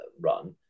run